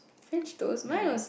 French toast mine was